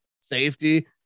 safety